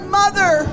mother